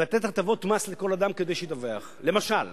ולתת הטבות מס לכל אדם כדי שידווח, למשל